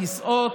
הכיסאות,